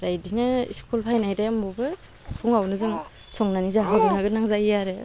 फ्राय इदिनो इस्कुल फायनाय टाइमावबो फुङावनो जों संनानै जाहोहरनो गोनां जायो आरो